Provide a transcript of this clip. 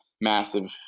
massive